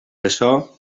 açò